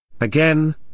Again